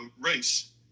race